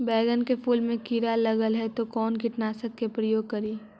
बैगन के फुल मे कीड़ा लगल है तो कौन कीटनाशक के प्रयोग करि?